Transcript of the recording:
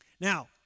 Now